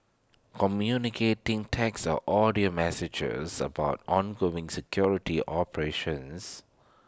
communicating text or audio messages about ongoing security operations